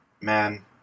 man